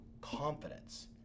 confidence